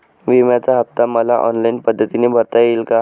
विम्याचा हफ्ता मला ऑनलाईन पद्धतीने भरता येईल का?